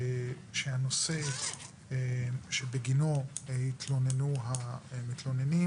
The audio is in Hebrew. כשהנושא שבגינו התלוננו המתלוננים